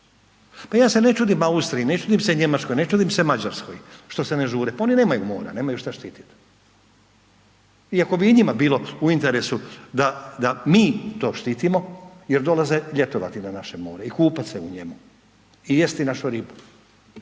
Pa ja se ne čudim Austriji, ne čudim se Njemačkoj, ne čudim se Mađarskoj što se ne žure pa oni nemaju mora, nemaju šta štititi iako bi i njima bilo u interesu da mi to štitimo jer dolaze ljetovati na naše more i kupat se u njemu i jesti našu ribu